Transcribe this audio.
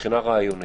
מבחינה רעיונית.